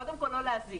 קודם כל לא להזיק,